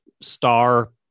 star